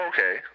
Okay